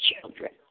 children